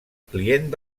client